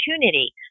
opportunity